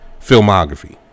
filmography